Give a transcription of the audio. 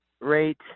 rate